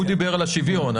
הוא דיבר על השוויון.